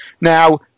Now